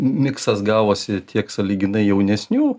miksas gavosi tiek sąlyginai jaunesnių